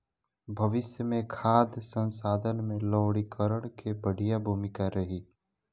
भविष्य मे खाद्य संसाधन में लवणीकरण के बढ़िया भूमिका रही